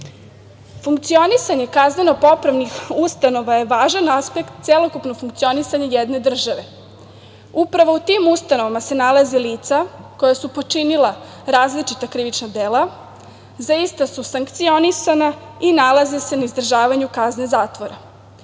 zaštite. Funkcionisanje kazneno-popravnih ustanova je važan aspekt celokupnog funkcionisanja jedne države. Upravo u tim ustanovama se nalaze lica koja su počinila različita krivična dela, za ista su sankcionisana i nalaze se na izdržavanju kazne zatvora. Cilj